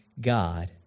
God